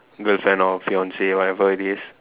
girlfriend or fiance whatever it is